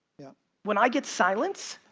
yeah when i get silence,